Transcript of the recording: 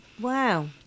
Wow